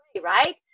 right